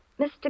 Mr